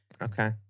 Okay